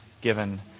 given